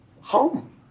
home